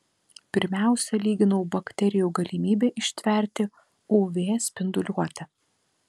pirmiausia lyginau bakterijų galimybę ištverti uv spinduliuotę